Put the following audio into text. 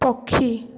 ପକ୍ଷୀ